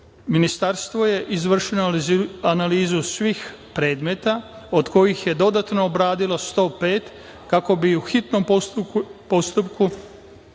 ugovornica. Ministarstvo je izvršilo analizu svih predmeta, od kojih je dodatno obradilo 105, kako bi u hitnom postupku